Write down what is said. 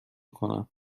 کنم